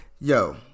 Yo